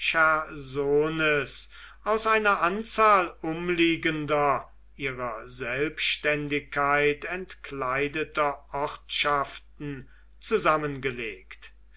aus einer anzahl umliegender ihrer selbständigkeit entkleideter ortschaften zusammengelegt